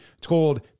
told